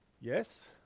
yes